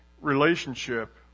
relationship